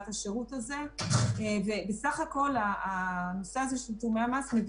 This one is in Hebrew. מה שחשוב לי